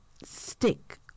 stick